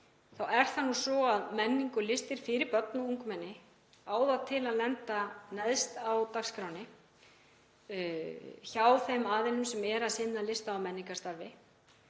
þá er það nú svo að menning og listir fyrir börn og ungmenni á það til að lenda neðst á dagskránni hjá þeim aðilum sem eru að sinna lista- og menningarstarfi,